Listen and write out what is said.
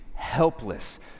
helpless